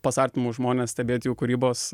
pas artimus žmones stebėt jų kūrybos